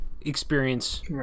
experience